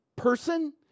person